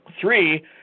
Three